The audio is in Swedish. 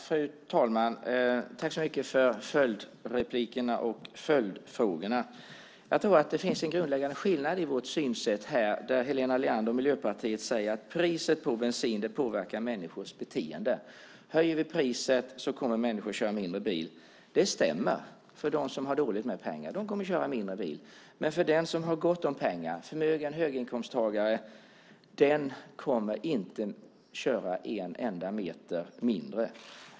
Fru talman! Tack för följdfrågorna. Jag tror att det finns en grundläggande skillnad i vårt synsätt här. Helena Leander och Miljöpartiet säger att priset på bensinen påverkar människors beteende. Höjer vi priset kommer människor att köra mindre bil. Det stämmer för dem som har dåligt med pengar. De kommer att köra mindre bil. Men den som har gått om pengar, förmögen höginkomsttagare, kommer inte att köra en enda meter mindre.